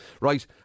right